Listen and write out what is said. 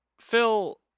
Phil